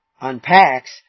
unpacks